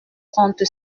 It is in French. trente